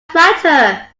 swatter